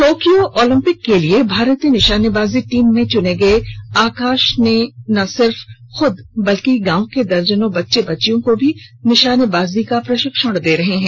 Tokyo Olympic के लिए भारतीय निशानेबाजी टीम में चुने गए आकाश ने ना सिर्फ खुद बल्कि अपने गांव के दर्जनों बच्चे बच्चियों को भी निशानेबाजी का प्रशिक्षण दे रहे हैं